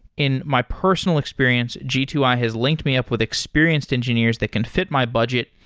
in my personal experience, g two i has linked me up with experienced engineers that can fit my budget,